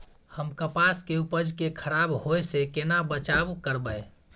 हम कपास के उपज के खराब होय से केना बचाव करबै?